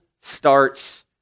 starts